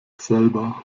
selber